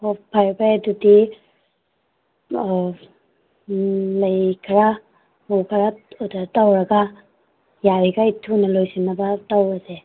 ꯑꯣ ꯐꯔꯦ ꯐꯔꯦ ꯑꯗꯨꯗꯤ ꯂꯩ ꯈꯔ ꯂꯩ ꯈꯔ ꯑꯣꯗꯔ ꯇꯧꯔꯒ ꯌꯥꯔꯤꯒꯩ ꯊꯨꯅ ꯂꯣꯏꯁꯤꯟꯅꯕ ꯇꯧꯔꯁꯦ